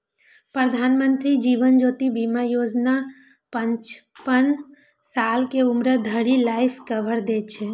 प्रधानमंत्री जीवन ज्योति बीमा योजना पचपन साल के उम्र धरि लाइफ कवर दै छै